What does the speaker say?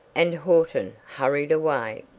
and horton hurried away.